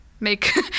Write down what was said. make